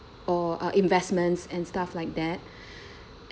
or uh investments and stuff like that